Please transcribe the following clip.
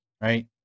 right